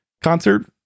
concert